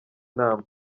nama